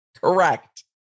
correct